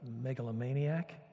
megalomaniac